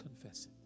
confess